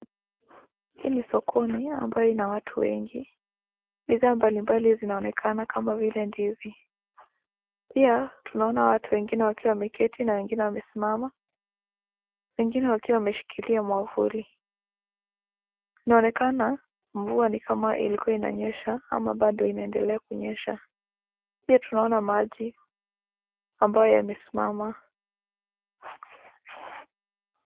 Hii ni sokoni ambayo ina watu wengi. Bidhaa mbalimbali zinaonekana kama vile ndizi. Pia tunaona watu wengine wakiwa wameketi na wengine wamesimama, wengine wakiwa wameshikilia mwavuli. Inaonakekana ni kama mvua ilkuwa inanyesha ama bado inaendelea kunyesha. Pia tunaona maji ambayo yamesimama.